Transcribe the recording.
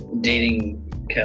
dating